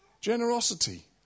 Generosity